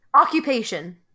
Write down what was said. Occupation